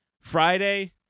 Friday